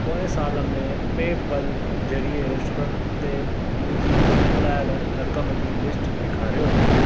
पोइ साल में पेपल ज़रिए रेस्टोरेंट ते मुंहिंजी चुकायल रक़म जी लिस्ट ॾेखारियो